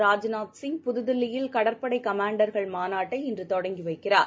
ராஜ்நாத் சிங் புதுதில்லியில் கடற்படைகமாண்டர்கள் மாநாட்டை இன்றுதொடங்கிவைக்கிறார்